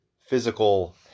physical